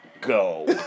go